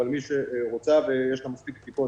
אבל זו שרוצה ויש לה מספיק בדיקות